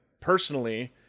personally